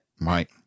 Right